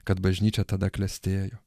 kad bažnyčia tada klestėjo